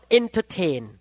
entertain